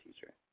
teacher